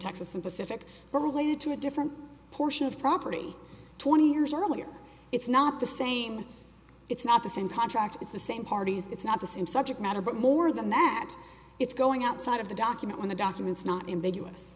texas and pacific were related to a different portion of property twenty years earlier it's not the same it's not the same contract it's the same parties it's not the same subject matter but more than that it's going outside of the document on the documents not ambiguous